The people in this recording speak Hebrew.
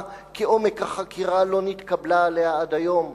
כעומק החקירה" לא נתקבלה עליה עד היום.